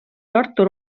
tartu